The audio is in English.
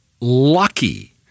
lucky